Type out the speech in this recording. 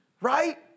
Right